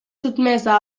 sotmesa